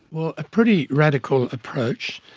well, a pretty radical approach.